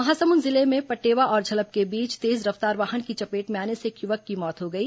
महासमुंद जिले में पटेवा और झलप के बीच तेज रफ्तार वाहन की चपेट में आने से एक युवक की मौत हो गई